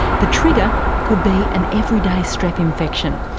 the trigger could be an everyday strep infection.